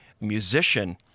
musician